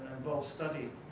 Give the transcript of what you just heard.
involved study,